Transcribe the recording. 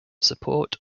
support